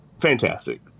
fantastic